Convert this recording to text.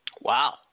Wow